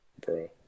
bro